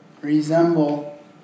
resemble